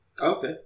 Okay